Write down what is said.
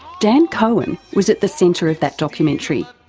dan cohen was at the centre of that documentary.